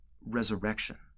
resurrection